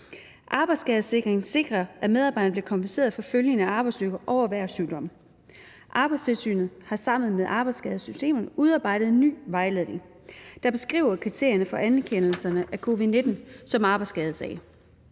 Arbejdsskadeforsikringen sikrer, at medarbejdere bliver kompenseret ved efterfølgende arbejdsulykker og erhvervssygdomme. Arbejdstilsynet har sammen med arbejdsskadesystemet udarbejdet en ny vejledning, der beskriver kriterierne for anerkendelse af covid-19 som arbejdsskade.